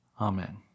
Amen